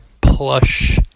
plush